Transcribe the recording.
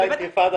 שר העבודה,